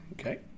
Okay